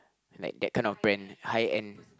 like that kind of brand high end